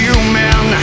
Human